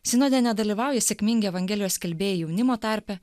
sinode nedalyvauja sėkmingi evangelijos skelbėjai jaunimo tarpe